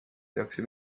tehakse